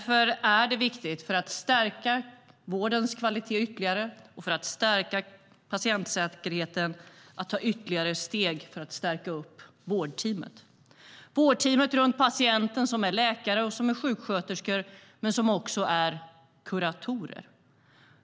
För att stärka vårdens kvalitet ytterligare och för att stärka patientsäkerheten är det därför viktigt att ta fler steg för att stärka upp vårdteamet. Vårdteamet runt patienten är läkare och sjuksköterskor men också kuratorer.